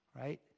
right